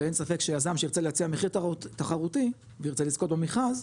ואין ספק שיזם שירצה להציע מחיר תחרותי וירצה לזכות במכרז,